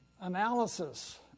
analysis